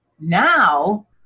Now